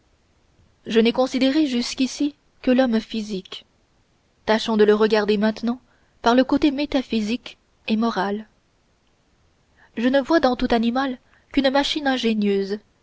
je n'ai considéré jusqu'ici que l'homme physique tâchons de le regarder maintenant par le côté métaphysique et moral je ne vois dans tout animal qu'une machine ingénieuse